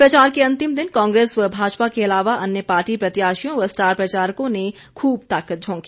प्रचार के अंतिम दिन कांग्रेस व भाजपा के अलावा अन्य पार्टी प्रत्याशियों व स्टार प्रचारकों ने खूब ताकत झोंकी